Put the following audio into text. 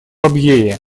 абьее